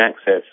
access